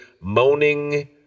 moaning